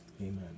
Amen